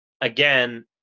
again